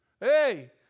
Hey